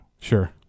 Sure